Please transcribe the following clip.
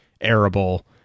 arable